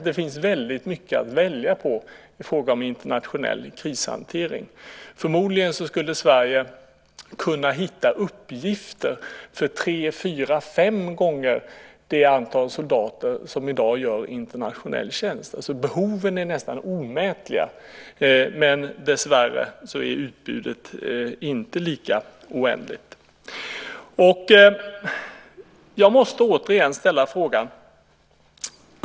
Det finns väldigt mycket att välja på i fråga om internationell krishantering. Förmodligen skulle Sverige kunna hitta uppgifter för tre, fyra eller fem gånger det antal soldater som i dag gör internationell tjänst. Behoven är nästan omätliga, men dessvärre är utbudet inte oändligt. Jag måste återigen ställa en fråga.